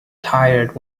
tired